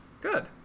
Good